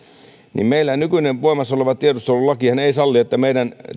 niin meillä nykyinen voimassa oleva tiedustelulakihan ei salli että meidän